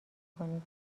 کنید